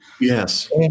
Yes